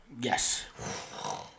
Yes